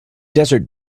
desert